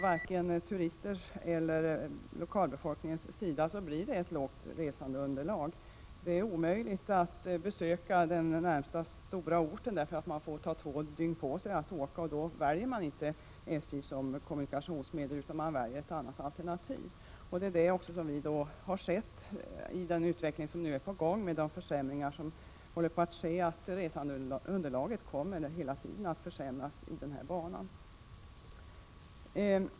Kommunikationsministern säger att resandeunderlaget på järnvägstrafiken är litet. Men naturligtvis blir det så när turerna inte motsvarar vare sig turisternas eller lokalbefolkningens behov. De får ta två dygn på sig för att komma till närmaste större ort om de väljer järnvägen som kommunikationsmedel, och då gör de inte det utan väljer ett annat alternativ. Det är en utveckling som vi har kunnat konstatera och som naturligtvis leder till att resandeunderlaget på den här banan fortsätter att minska.